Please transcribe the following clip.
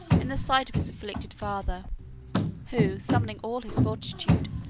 in the sight of his afflicted father who, summoning all his fortitude,